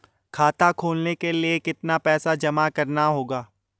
खाता खोलने के लिये कितना पैसा जमा करना होगा?